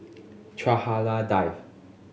Chua Hak Lien Dave